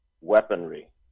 weaponry